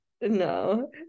No